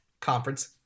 conference